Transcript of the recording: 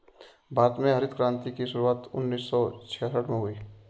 भारत में हरित क्रान्ति की शुरुआत उन्नीस सौ छियासठ में हुई थी